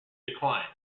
decline